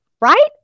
right